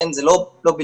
זה לא בלבד,